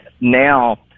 now